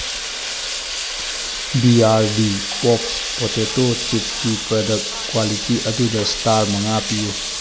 B R B pop potato ꯆꯤꯞꯁꯀꯤ product quality ꯑꯗꯨꯗ star ꯃꯉꯥ ꯄꯤꯌꯨ